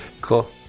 cool